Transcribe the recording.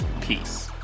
peace